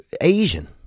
Asian